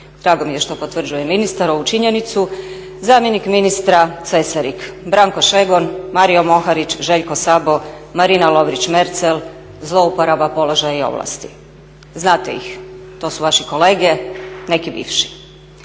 drago mi je što potvrđuje ministar ovu činjenicu, zamjenik ministra Cesarik, Branko Šegon, Mario MOharić, Željko SAbo, Marina Lovrić Merzel zlouporaba položaja i ovlasti. Znate ih, to su vaši kolege, neki bivši.